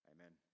Amen